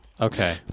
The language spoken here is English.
Okay